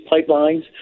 pipelines